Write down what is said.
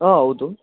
ಹಾಂ ಹೌದು